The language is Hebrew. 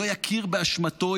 לא יכיר באשמתו,